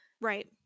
Right